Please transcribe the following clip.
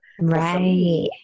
Right